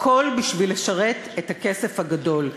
הכול בשביל לשרת את הכסף הגדול.